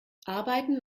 arbeiten